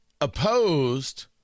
opposed